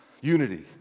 unity